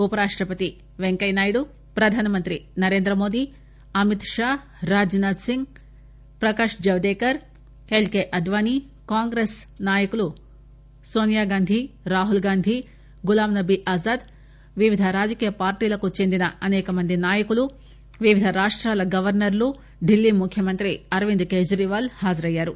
ఉపరాష్టపతి వెంకయ్యనాయుడు ప్రధానమంత్రి Narendra Modi Amit Shah Raj Nath Singh Prakash Javadekar L K అద్యాణీ Congress నాయకులు నోనియాగాంధీ రాహుల్ గాంధీ గులాంనబీ ఆజాద్ వివిధ రాజకీయ పార్టీలకు చెందిన అసేకమంది నాయకులు వివిధ రాష్టాల గవర్సర్లు ఢిల్లీ ముఖ్యమంత్రి అరవింద్ కేజ్రివాల్ హాజరయ్యారు